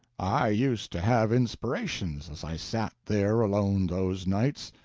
i used to have inspirations as i sat there alone those nights.